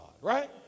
right